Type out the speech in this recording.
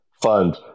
fund